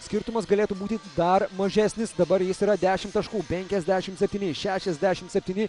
skirtumas galėtų būti dar mažesnis dabar jis yra dešimt taškų penkiasdešim septyni šešiasdešim septyni